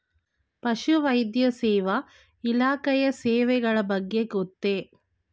ಪಶುವೈದ್ಯ ಸೇವಾ ಇಲಾಖೆಯ ಸೇವೆಗಳ ಬಗ್ಗೆ ಗೊತ್ತೇ?